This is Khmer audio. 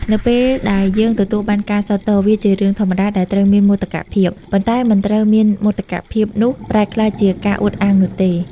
នៅពេលដែលយើងទទួលបានការសាទរ វាជារឿងធម្មតាដែលត្រូវមានមោទកភាព ប៉ុន្តែមិនត្រូវឱ្យមោទកភាពនោះប្រែក្លាយជាការអួតអាងនោះទេ។